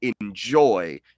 enjoy